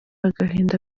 agahinda